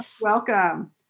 welcome